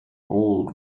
all